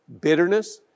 Bitterness